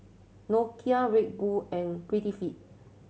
Nokia Red Bull and Prettyfit